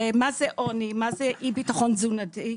ומה זה עוני, מה זה אי ביטחון תזונתי?